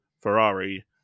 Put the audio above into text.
Ferrari